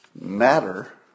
Matter